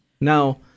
Now